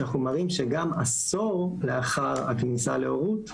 אנחנו מראים שגם עשור לאחר הכניסה להורות,